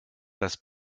das